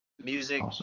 music